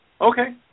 Okay